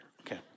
Okay